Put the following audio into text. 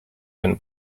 been